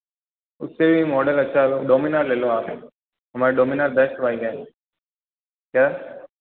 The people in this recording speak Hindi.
उससे भी मॉडल अच्छा है डोमिनार ले लो आप हमारे डोमीनार बेस्ट बाइक है क्या